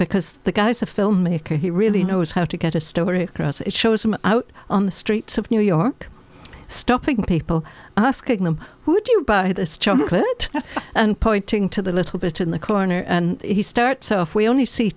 because the guy's a filmmaker he really knows how to get a story across it shows him out on the streets of new york stopping people asking them who do you buy this chocolate and pointing to the little bit in the corner and he starts off we only see